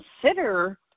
consider